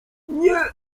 nie